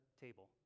table